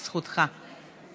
זכותך.